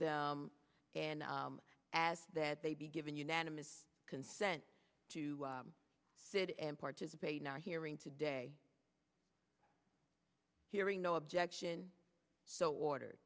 them and as that they be given unanimous consent to sit and participate in our hearing today hearing no objection so order